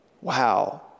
Wow